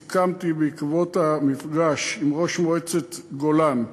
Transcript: סיכמתי בעקבות המפגש עם ראש מועצת גולן,